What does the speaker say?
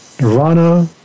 Nirvana